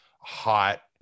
hot